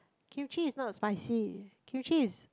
Kimchi is not spicy Kimchi is